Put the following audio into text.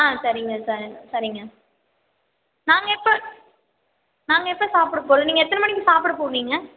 ஆ சரிங்க சரி சரிங்க நாங்கள் எப்போ நாங்கள் எப்போ சாப்புடுற போகிறது நீங்கள் எத்தனை மணிக்கு சாப்பிட போவீங்க